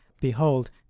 behold